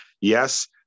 yes